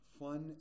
fun